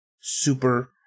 super